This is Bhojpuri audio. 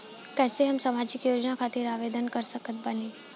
कैसे हम सामाजिक योजना खातिर आवेदन कर सकत बानी?